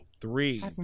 Three